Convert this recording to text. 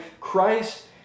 Christ